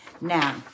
now